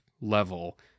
level